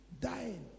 dying